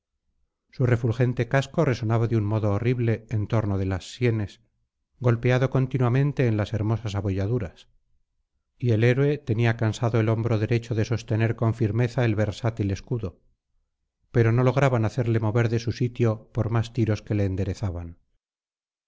su refulgente casco resonaba de un modo horrible en torno de las sienes golpeado continuamente en las hermosas abolladuras y el héroe tenía cansado el hombro derecho de sostener con firmeza el versátil escudo pero no lograban hacerle mover de su sitio por más tiros que le enderezaban